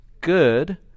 good